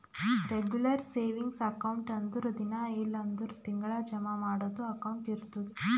regular savings account ಅಂದುರ್ ದಿನಾ ಇಲ್ಲ್ ಅಂದುರ್ ತಿಂಗಳಾ ಜಮಾ ಮಾಡದು ಅಕೌಂಟ್ ಇರ್ತುದ್